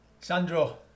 Sandro